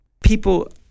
people